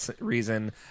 reason